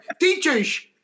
Teachers